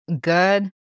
good